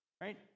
right